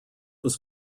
was